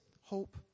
hope